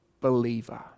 believer